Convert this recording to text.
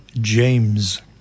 James